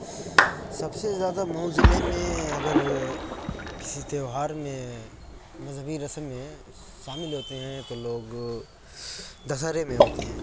سب سے زیادہ مئو میں ضلع میں اگر کسی تہوار میں مذہبی رسمیں شامل ہوتے ہیں تو لوگ دسہرے میں ہوتے ہیں